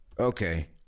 Okay